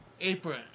apron